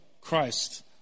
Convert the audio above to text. Christ